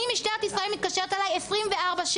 משטרת ישראל מתקשרת אליי 24/7,